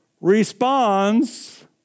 responds